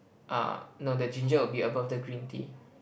uh no the ginger would be above the green tea